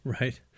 right